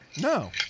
No